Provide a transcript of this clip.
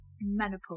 menopause